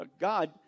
God